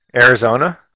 Arizona